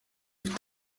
mbere